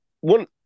one